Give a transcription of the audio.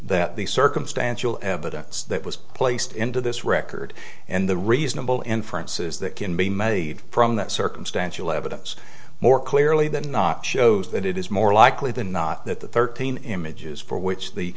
that the circumstantial evidence that was placed into this record and the reasonable inferences that can be made from that circumstantial evidence more clearly than not shows that it is more likely than not that the thirteen images for which the